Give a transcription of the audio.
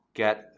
get